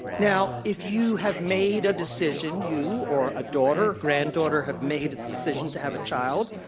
now, if you have made a decision, you or a daughter, granddaughter, have made a decision to have a child,